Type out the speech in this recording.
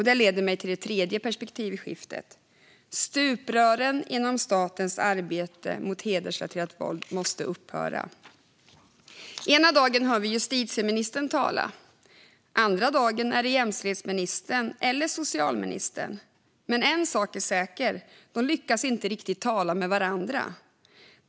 Det leder mig till det tredje perspektivskiftet: Stuprören inom statens arbete mot hedersrelaterat våld måste upphöra. Ena dagen hör vi justitieministern tala. Andra dagen är det jämställdhetsministern eller socialministern. En sak är dock säker: De lyckas inte riktigt tala med varandra.